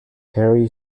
harry